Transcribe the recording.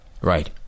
Right